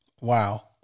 Wow